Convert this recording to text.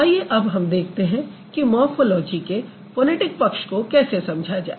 आइए अब हम देखते हैं कि मॉर्फ़ोलॉजी के फ़ोनैटिक पक्ष को कैसे समझा जाए